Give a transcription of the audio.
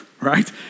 right